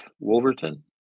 Wolverton